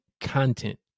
content